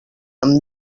amb